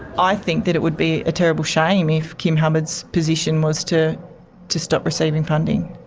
i think that it would be a terrible shame if kim hubbard's position was to to stop receiving funding.